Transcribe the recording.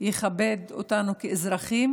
יכבד אותנו כאזרחים